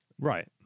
Right